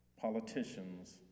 Politicians